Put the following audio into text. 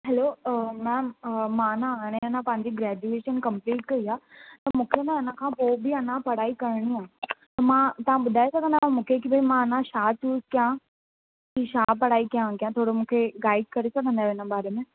hello ma'am मां न हाणे न पंहिंजी ग्रेजुएशन कंपलीट कई आहे त मूंखे न हिन खां पोइ बि न अञा पढ़ाई करिणी आहे त मां तव्हां ॿुधाए सघंदा आहियो मूंखे न कि मां अञा छा कयां कि छा पढ़ाई कयां अॻियां थोरो मूंखे गाईड करे सघंदा आहियो हिन बारे में